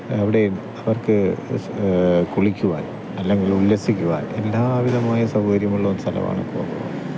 അവിടെയും അവർക്ക് കുളിക്കുവാൻ അല്ലെങ്കിൽ ഉല്ലസിക്കുവാൻ എല്ലാവിധമായ സൗകര്യങ്ങളും ഉള്ള ഒരു സ്ഥലമാണ് കോവളം